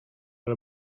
ale